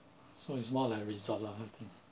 so it's more like resort lah I think